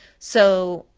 so,